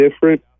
different